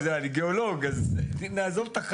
אני חושב שנכון להסדיר את זה,